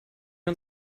wir